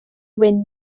wyn